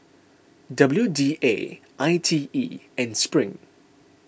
W D A I T E and Spring